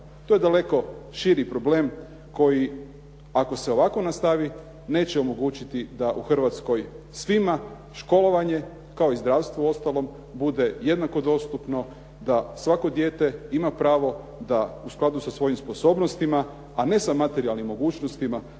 to je daleko širi problem koji ako se ovako nastavi neće omogućiti da u Hrvatskoj svima školovanje, kao i zdravstvo uostalom, bude jednako dostupno, da svako dijete ima pravo da u skladu sa svojim sposobnostima, a ne sa materijalnim mogućnostima